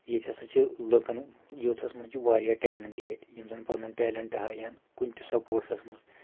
ییٚتہِ ہسا چھِ لُکَن یوٗتھس منٛز چھِ واریاہ ٹیلنٹ ییٚتہِ یِم زَن پَنُن ٹیلنٹ ہا ین کُنہِ تہِ سَپوٹسس منٛز